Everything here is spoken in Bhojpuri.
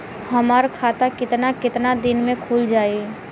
हमर खाता कितना केतना दिन में खुल जाई?